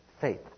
faith